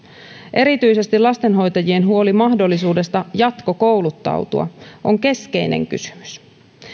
erityisesti lastenhoitajien huoli mahdollisuudesta jatkokouluttautua on keskeinen kysymys